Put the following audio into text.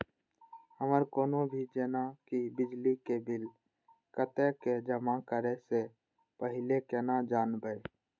हमर कोनो भी जेना की बिजली के बिल कतैक जमा करे से पहीले केना जानबै?